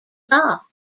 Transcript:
law